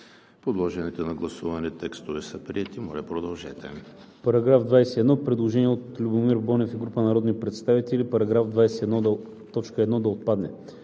Подложените на гласуване текстове са приети. Моля, продължете.